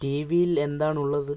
T വിയിൽ എന്താണുള്ളത്